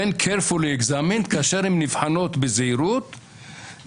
כאשר הן נבחנות בזהירות,